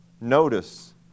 notice